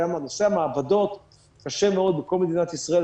נושא המעבדות קשה מאוד בכל מדינת ישראל,